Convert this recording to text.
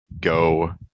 go